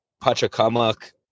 Pachacamac